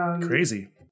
Crazy